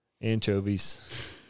anchovies